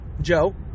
Joe